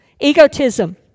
egotism